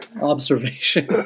observation